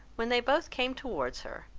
when they both came towards her,